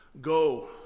go